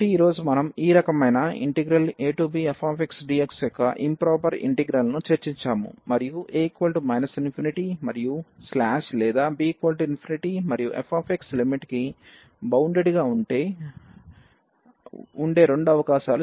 కాబట్టి ఈ రోజు మనం ఈ రకమైన abfxdx యొక్క ఇంప్రొపెర్ ఇంటిగ్రల్ ను చర్చించాము మరియు a ∞ మరియు లేదా b ∞ మరియు fx లిమిట్ కి బౌండెడ్ గా వుండేగా ఉండే రెండు అవకాశాలు చూసాము